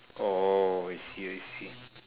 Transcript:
oh I see I see